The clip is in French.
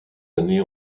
années